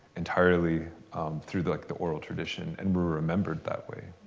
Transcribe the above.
entirely through the oral tradition, and were remembered that way.